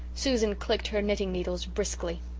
susan clicked her knitting-needles briskly.